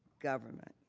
government.